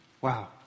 Wow